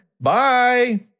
Bye